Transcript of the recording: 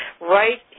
right